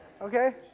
Okay